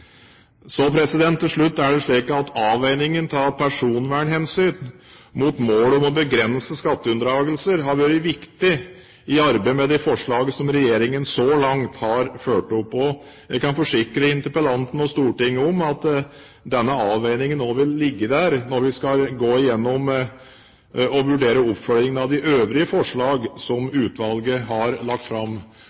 Til slutt er det slik at avveiningen av personvernhensyn mot målet om å begrense skatteunndragelser har vært viktig i arbeidet med de forslag som regjeringen så langt har ført opp. Jeg kan forsikre interpellanten og Stortinget om at denne avveiningen også vil ligge der når vi skal gå gjennom og vurdere oppfølgingen av de øvrige forslag som utvalget har lagt fram.